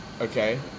Okay